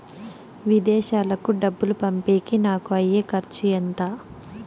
విదేశాలకు డబ్బులు పంపేకి నాకు అయ్యే ఖర్చు ఎంత?